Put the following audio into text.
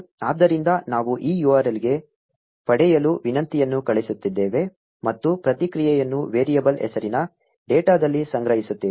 ಆದ್ದರಿಂದ ನಾವು ಈ URL ಗೆ ಪಡೆಯಲು ವಿನಂತಿಯನ್ನು ಕಳುಹಿಸುತ್ತಿದ್ದೇವೆ ಮತ್ತು ಪ್ರತಿಕ್ರಿಯೆಯನ್ನು ವೇರಿಯಬಲ್ ಹೆಸರಿನ ಡೇಟಾದಲ್ಲಿ ಸಂಗ್ರಹಿಸುತ್ತೇವೆ